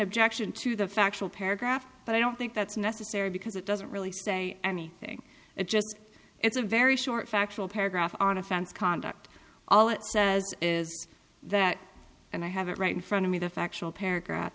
objection to the factual paragraph but i don't think that's necessary because it doesn't really say anything it just it's a very short factual paragraph on offense conduct all it says is that and i have it right in front of me the factual paragraph